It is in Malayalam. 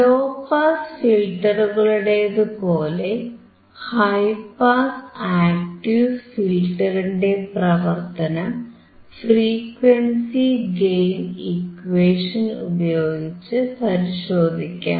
ലോ പാസ് ഫിൽറ്ററുകളുടേതുപോലെ ഹൈ പാസ് ആക്ടീവ് ഫിൽറ്ററിന്റെ പ്രവർത്തനം ഫ്രീക്വൻസി ഗെയിൻ ഇക്വേഷൻ ഉപയോഗിച്ച് പരിശോധിക്കാം